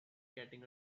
getting